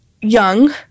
young